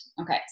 Okay